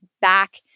back